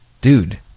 Dude